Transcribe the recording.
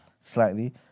slightly